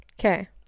Okay